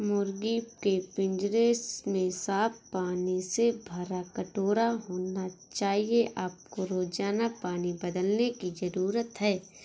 मुर्गी के पिंजरे में साफ पानी से भरा कटोरा होना चाहिए आपको रोजाना पानी बदलने की जरूरत है